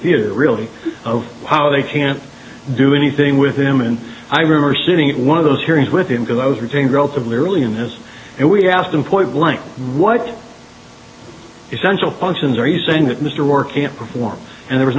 the reality of how they can't do anything with him and i remember sitting at one of those hearings with him because i was retained relatively early in this and we asked him point blank what essential functions are you saying that mr or can't perform and there